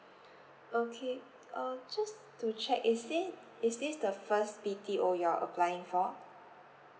okay uh just to check is it is this the first B_T_O you're applying for